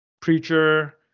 Preacher